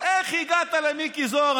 איך הגעת למיקי זוהר?